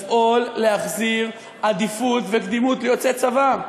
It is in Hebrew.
לפעול להחזרת העדיפות והקדימות ליוצאי צבא.